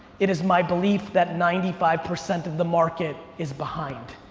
it is my belief that ninety five percent of the market is behind.